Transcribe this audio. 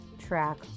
track